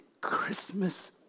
Christmas